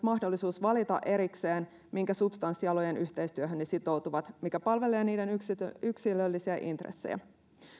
mahdollisuus valita erikseen minkä substanssialojen yhteistyöhön ne sitoutuvat mikä palvelee niiden yksilöllisiä intressejä